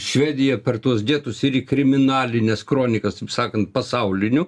švediją per tuos getus ir į kriminalines kronikas taip sakant pasauliniu